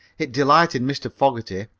it delighted mr. fogerty,